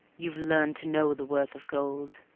you've learned to know the worth of gold.